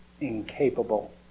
incapable